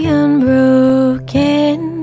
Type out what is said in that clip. unbroken